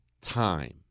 time